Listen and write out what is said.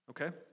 Okay